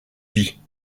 vie